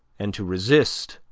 and to resist,